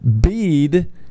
bead